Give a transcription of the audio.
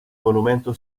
monumento